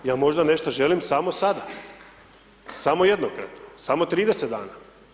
Ja možda nešto želim samo sada, samo jednokratno, samo 30 dana.